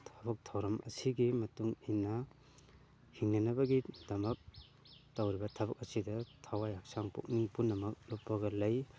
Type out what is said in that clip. ꯊꯕꯛ ꯊꯧꯔꯝ ꯑꯁꯤꯒꯤ ꯃꯇꯨꯡ ꯏꯟꯅ ꯍꯤꯡꯅꯅꯕꯒꯤꯗꯃꯛ ꯇꯧꯔꯤꯕ ꯊꯕꯛ ꯑꯁꯤꯗ ꯊꯋꯥꯏ ꯍꯛꯆꯥꯡ ꯄꯨꯛꯅꯤꯡ ꯄꯨꯝꯅꯃꯛ ꯂꯨꯞꯄꯒ ꯂꯩ